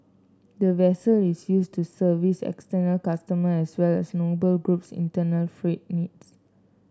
the vessel is used to service external customer as well as Noble Group's internal freight needs